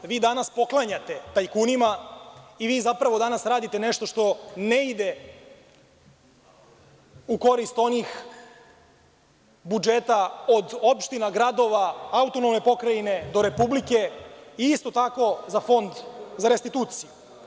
Vi danas poklanjate tajkunima i vi zapravo danas radite nešto što ne ide u korist onih budžeta od opština, gradova, autonomne pokrajine do Republike i isto tako za Fond za restituciju.